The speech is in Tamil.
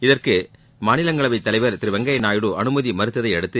இதற்கு மாநிலங்களவைத் தலைவர் திரு வெங்கய்யா நாயுடு அனுமதி மறுத்ததை அடுத்து